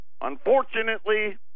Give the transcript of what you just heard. Unfortunately